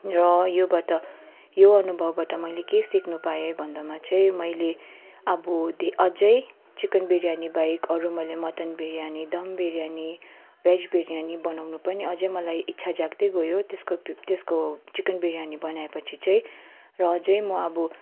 र योबाट यो अनुभवबाट मैले के सिक्नु पाएँ भन्दामा चाहिँ मैले अब धे अझै चिकन बिरयानी बाहेक अरू मैले मटन बिरयानी दम बिरयानी भेज बिरयानी बनाउनु पनि अझै मलाई इच्छा जाग्दै गयो त्यसको त्यसको चिकन बिरयानी बनाएपछि चाहिँ र अझै म अब